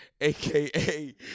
aka